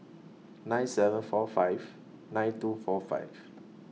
nine seven four five nine two four five